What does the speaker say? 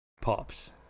Pops